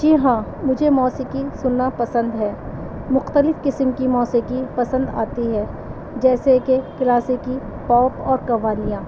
جی ہاں مجھے موسیقی سننا پسند ہے مختلف قسم کی موسیقی پسند آتی ہے جیسے کہ کلاسیکی پاپ اور قوالیاں